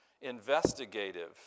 investigative